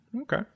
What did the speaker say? Okay